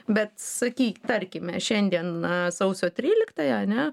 bet sakyk tarkime šiandien na sausio tryliktąją ane